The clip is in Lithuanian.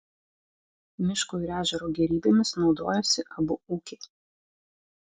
miško ir ežero gėrybėmis naudojosi abu ūkiai